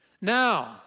Now